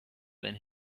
than